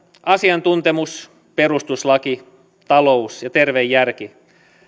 asiantuntemus perustuslaki talous ja terve järki